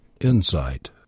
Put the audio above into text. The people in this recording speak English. Insight